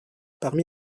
parmi